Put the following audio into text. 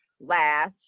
last